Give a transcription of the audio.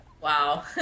Wow